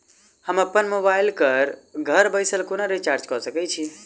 हम अप्पन मोबाइल कऽ घर बैसल कोना रिचार्ज कऽ सकय छी?